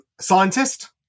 scientist